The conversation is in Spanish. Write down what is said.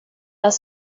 las